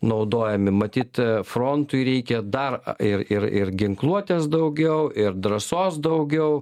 naudojami matyt frontui reikia dar ir ir ir ginkluotės daugiau ir drąsos daugiau